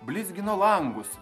blizgino langus